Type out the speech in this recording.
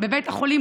בבית החולים,